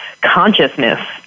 consciousness